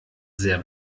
sehr